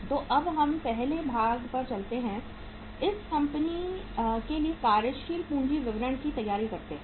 तो अब हम पहले भाग पर चलते हैं इस कंपनी के लिए कार्यशील पूंजी विवरण की तैयारी करते हैं